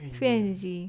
free and easy